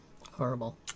Horrible